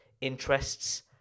interests